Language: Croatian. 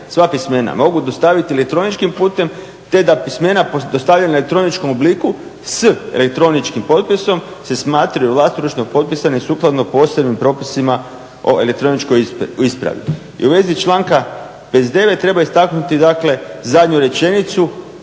sva pismena mogu dostaviti elektroničkim putem, te da pismena dostavljena u elektroničkom obliku s elektroničkim potpisom se smatraju vlastoručno potpisane sukladno posebnim propisima o elektroničkoj ispravi. I u vezi članka 59. treba istaknuti, dakle zadnju rečenicu